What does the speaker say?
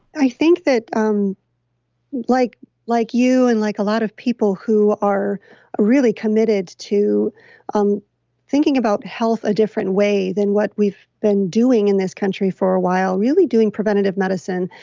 i think that um like like you and like a lot of people who are ah really committed to um thinking about health a different way than what we've been doing in this country for a while, really doing preventative medicine,